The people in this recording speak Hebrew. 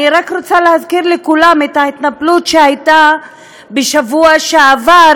אני רק רוצה להזכיר לכולם את ההתנפלות שהייתה בשבוע שעבר,